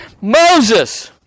Moses